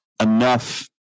enough